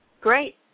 Great